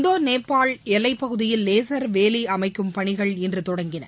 இந்தோ நேபாள் எல்லைப் பகுதியில் லேசர் வேலி அமைக்கும் பணிகள் இன்று தொடங்கியது